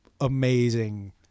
amazing